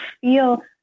feel